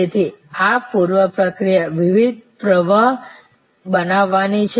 તેથી આ પૂર્વ પ્રક્રિયા વિવિધ પ્રવાહ બનાવવાની છે